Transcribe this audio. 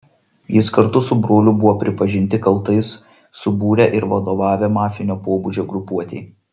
jis kartu su broliu buvo pripažinti kaltais subūrę ir vadovavę mafinio pobūdžio grupuotei